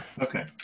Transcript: Okay